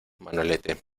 manolete